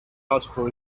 article